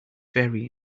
very